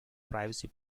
privacy